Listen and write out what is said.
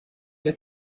for